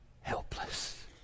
helpless